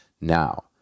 now